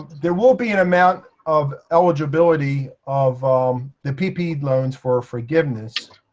there will be an amount of eligibility of the ppp loans for forgiveness.